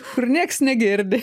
kur nieks negirdi